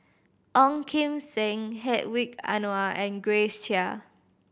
Ong Kim Seng Hedwig Anuar and Grace Chia